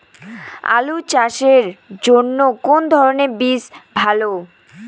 আলু চাষের জন্য কোন ধরণের বীজ ভালো?